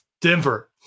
Denver